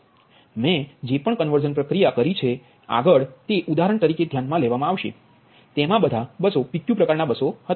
મેં જે પણ કન્વર્ઝન પ્રક્રિયા કરી છે આગળ તે ઉદાહરણ તરીકે ધ્યાનમાં લેવામાં આવશે તેમા બધા બસો PQ પ્રકારનાં બસો હતા